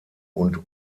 und